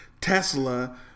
Tesla